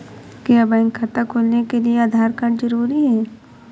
क्या बैंक खाता खोलने के लिए आधार कार्ड जरूरी है?